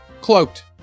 cloaked